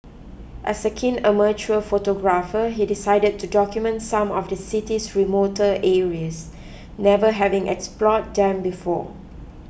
as a keen amateur photographer he decided to document some of the city's remoter areas never having explored them before